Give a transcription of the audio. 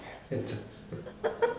充实